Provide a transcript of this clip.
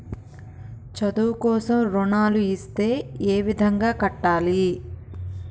చదువు కోసం రుణాలు ఇస్తే ఏ విధంగా కట్టాలి?